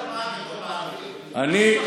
אני,